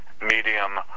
medium